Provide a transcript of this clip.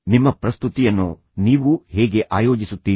ನಿಮ್ಮ ಪ್ರಸ್ತುತಿಯನ್ನು ನೀವು ಹೇಗೆ ಆಯೋಜಿಸುತ್ತೀರಿ